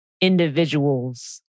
individuals